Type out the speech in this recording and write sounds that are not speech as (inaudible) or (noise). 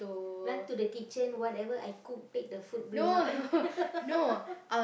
run to the kitchen whatever I cook take the food bring out (laughs)